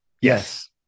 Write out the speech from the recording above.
Yes